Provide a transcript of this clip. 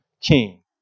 king